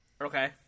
Okay